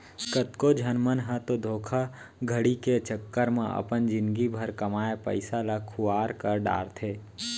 कतको झन मन ह तो धोखाघड़ी के चक्कर म अपन जिनगी भर कमाए पइसा ल खुवार कर डारथे